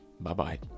bye-bye